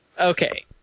okay